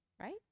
Right